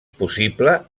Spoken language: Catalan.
possible